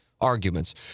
arguments